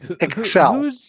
Excel